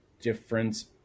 difference